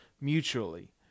mutually